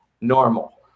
normal